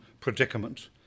predicament